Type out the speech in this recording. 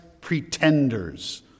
pretenders